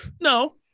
No